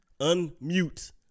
Unmute